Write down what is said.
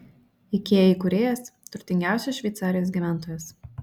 ikea įkūrėjas turtingiausias šveicarijos gyventojas